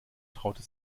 traute